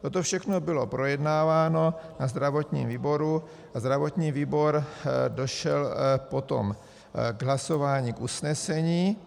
Toto všechno bylo projednáváno na zdravotním výboru a zdravotní výbor došel potom hlasováním k usnesení.